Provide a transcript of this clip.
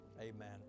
amen